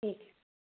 ठीक है